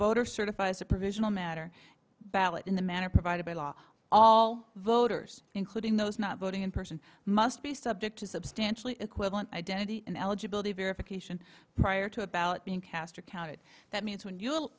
voter certifies a provisional matter ballot in the manner provided by law all voters including those not voting in person must be subject to substantially equivalent identity and eligibility verification prior to about being cast or counted that means when you